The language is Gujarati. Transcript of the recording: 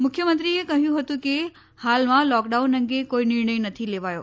મુખ્યમંત્રી કહ્યં હતું કે હાલમાં લોકડાઉન અંગે કોઈ નિર્ણય નથી લેવાયો